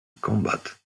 combat